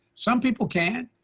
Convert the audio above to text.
some people can,